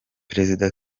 perezida